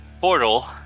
portal